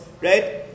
right